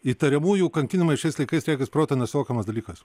įtariamųjų kankinimai šiais laikais regis protu nesuvokiamas dalykas